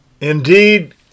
Indeed